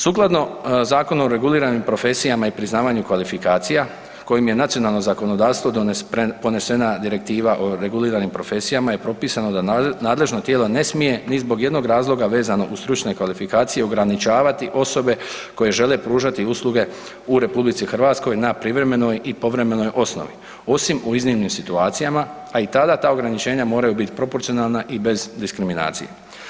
Sukladno Zakonu o reguliranim profesijama i priznavanju kvalifikacija kojim je nacionalno zakonodavstvo ponesena Direktiva o reguliranim profesijama je propisano da nadležno tijelo ne smije ni zbog jednog razloga vezano uz stručne kvalifikacije ograničavati osobe koje žele pružati usluge u RH na privremenoj i povremenoj osnovi, osim u iznimnim situacijama, a i tada ta ograničenja moraju biti proporcionalna i bez diskriminacije.